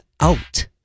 out